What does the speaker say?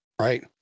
Right